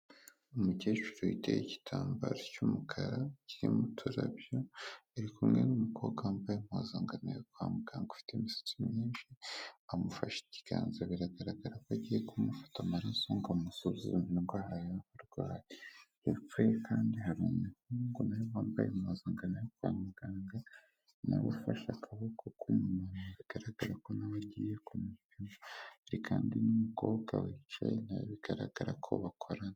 Umukecuru witeye igitambaro cy'umukara kirimo uturabyo, ari kumwe n'umukobwa wambaye impuzankano yo kwa muganga ufite imisatsi myinshi, amufashe ikiganza biragaragara ko agiye kumufata amaraso ngo amusuzume indwara yaba arwaye. Hepfo ye kandi hari umuhungu na we wambaye impuzankano yo kwa muganga na we afashe akaboko ku muntu bigaragara ko nawe agiye kusuzuma hari kandi n'umukobwa wicaye na we bigaragara ko bakorana.